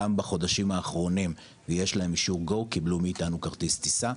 גם בחודשים האחרונים ויש להם אישור ,GO קיבלו מאיתנו כרטיס טיסה,